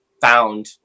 found